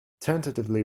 tentatively